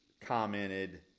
commented